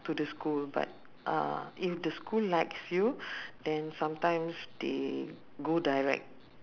to the school but uh if the school likes you then sometimes they go direct